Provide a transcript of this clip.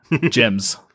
Gems